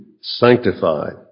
sanctified